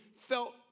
felt